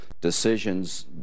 decisions